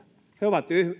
he ovat